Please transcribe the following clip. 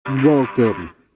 Welcome